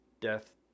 death